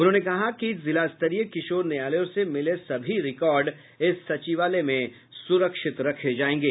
उन्होंने कहा कि जिलास्तरीय किशोर न्यायालयों से मिले सभी रिकार्ड इस सचिवालय में सुरक्षित रखे जायेंगे